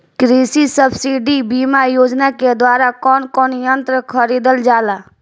कृषि सब्सिडी बीमा योजना के द्वारा कौन कौन यंत्र खरीदल जाला?